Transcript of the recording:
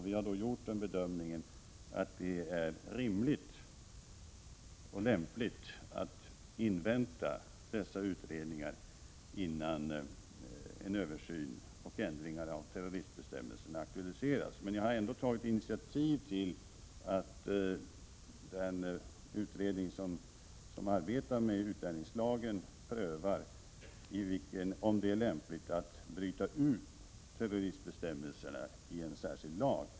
Vi har då gjort bedömningen att det är rimligt och lämpligt att invänta dessa utredningar, innan en översyn och en ändring av terroristbestämmelserna aktualiseras. Men jag har ändå tagit initiativ till att den utredning som arbetar med utlänningslagen skall pröva om det är lämpligt att bryta ut terroristbestämmelserna och föra in dem i en särskild lag.